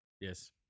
Yes